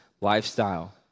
lifestyle